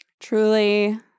Truly